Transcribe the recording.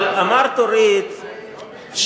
אבל אמרת, אורית,